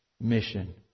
mission